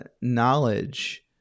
knowledge